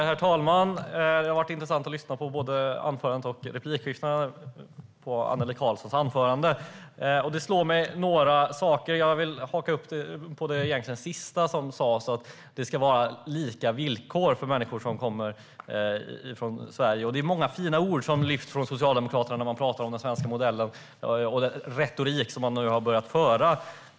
Herr talman! Det har varit intressant att lyssna på både Annelie Karlssons anförande och replikskiftena. Jag hakar upp mig på det sista som sas, att det ska vara lika villkor för människor som kommer till Sverige. Det är många fina ord som hörs från Socialdemokraternas retorik när de pratar om den svenska modellen.